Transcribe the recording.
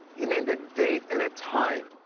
he named a date and a time,